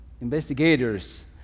investigators